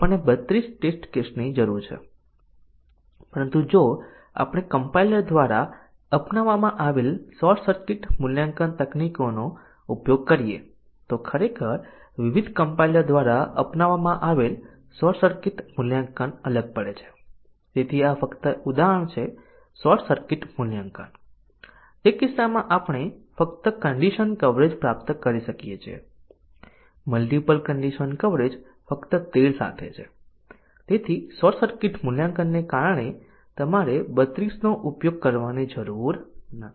આ ટેસ્ટીંગ માં તમામ એટોમિક કન્ડિશન ઓ સાચા અને ખોટા મૂલ્યો ધારે છે એટલું જ નહીં કે સત્ય મૂલ્યોના તમામ સંભવિત કોમ્બાઈનેશન આ ટેસ્ટીંગ કેસો દ્વારા બધા સંભવિત કોમ્બાઈનેશન દ્વારા ધારણ કરવામાં આવે છે જેથી તેનો અર્થ એ કે જો કન્ડિશન અભિવ્યક્તિમાં બે એટોમિક કન્ડિશન ઓ હોય તો આપણને ચાર ટેસ્ટીંગ ની જરૂર છે